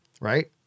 right